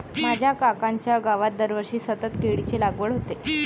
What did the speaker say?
माझ्या काकांच्या गावात दरवर्षी सतत केळीची लागवड होते